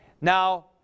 Now